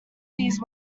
these